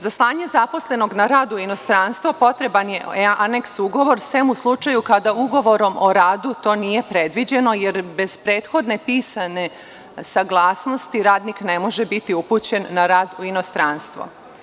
Za stanje zaposlenog na rad u inostranstvu potreban je aneks-ugovor, sem u slučaju kada ugovorom o radu to nije predviđeno, jer bez prethodne pisane saglasnosti, radnik ne može biti upućen na rad u inostranstvo.